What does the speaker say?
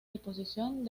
disposición